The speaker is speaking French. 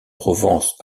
provence